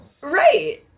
Right